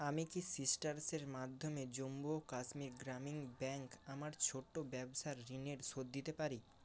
আমি কি সিট্রাসের মাধ্যমে জম্মু ও কাশ্মীর গ্রামীণ ব্যাঙ্ক আমার ছোট্ট ব্যবসার ঋণের শোধ দিতে পারি